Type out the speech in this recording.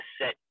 set